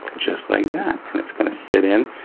just like that. and that's gonna sit in,